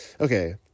okay